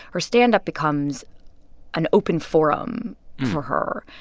her stand-up becomes an open forum for her.